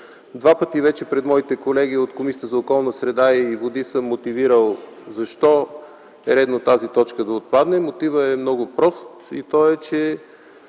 два пъти пред моите колеги от Комисията по околната среда и водите съм мотивирал защо е редно тази точка да отпадне. Мотивът е много прост и той е,